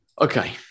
Okay